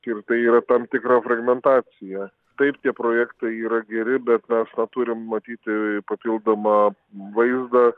ir tai yra tam tikra fragmentacija taip tie projektai yra geri bet mes na turim matyti papildomą vaizdą